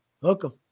Welcome